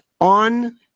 on